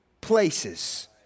places